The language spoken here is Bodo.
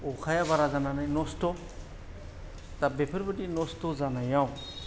अखाया बारा जानानै नस्थ' दा बेफोरबायदि नस्थ' जानायाव